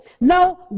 no